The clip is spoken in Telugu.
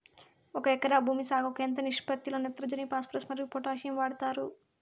ఒక ఎకరా భూమి సాగుకు ఎంత నిష్పత్తి లో నత్రజని ఫాస్పరస్ మరియు పొటాషియం వాడుతారు